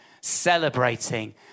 celebrating